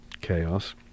chaos